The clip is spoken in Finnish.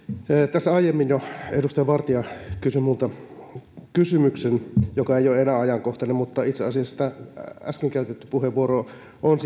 tässä jo aiemmin edustaja vartia kysyi minulta kysymyksen joka ei ole enää ajankohtainen mutta itse asiassa äsken käytetty puheenvuoro on